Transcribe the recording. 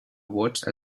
watched